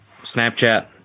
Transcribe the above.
Snapchat